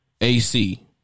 AC